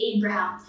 Abraham